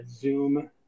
Zoom